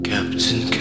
Captain